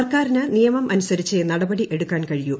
സർക്കാരിന് നിയമം അനുസരിച്ചേ നടപടി എടുക്കാൻ കഴിയൂ